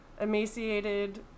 emaciated